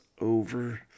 over